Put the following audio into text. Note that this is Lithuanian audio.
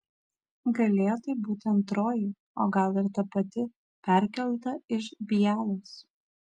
galėjo tai būti antroji o gal ir ta pati perkelta iš bialos